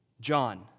John